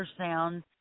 ultrasound